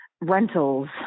rentals